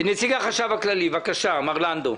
נציג החשב הכללי, בבקשה, מר לנדו.